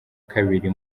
kabiri